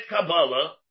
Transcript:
kabbalah